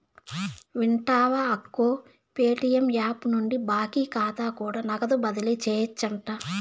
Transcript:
వింటివా అక్కో, Paytm app నుండి బాకీ కాతా కూడా నగదు బదిలీ సేయొచ్చంట